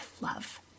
love